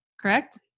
correct